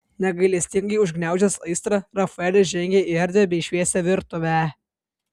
negailestingai užgniaužęs aistrą rafaelis žengė į erdvią bei šviesią virtuvę